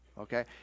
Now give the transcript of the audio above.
Okay